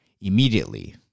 Immediately